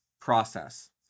Process